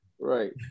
Right